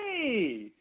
hey